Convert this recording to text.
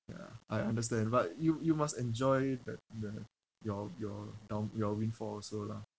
ya I understand but you you must enjoy that that your your down your windfall also lah